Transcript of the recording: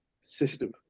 system